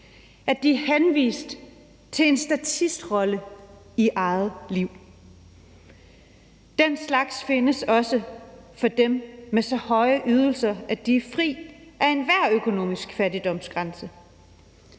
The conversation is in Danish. at de er henvist til en statistrolle i eget liv. Den slags findes også for dem med så høje ydelser, at de er fri af enhver økonomisk fattigdomsgrænse.